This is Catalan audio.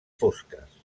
fosques